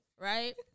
right